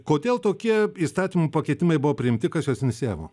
kodėl tokie įstatymų pakeitimai buvo priimti kas juos inicijavo